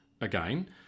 again